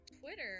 Twitter